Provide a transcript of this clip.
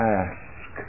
ask